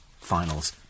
finals